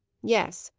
yes.